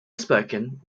spoken